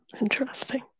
Interesting